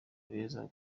beza